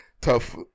tough